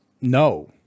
no